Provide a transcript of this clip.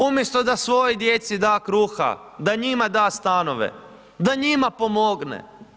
Umjesto da svojoj djeci da kruha, da njima da stanove, da njima pomogne.